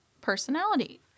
personality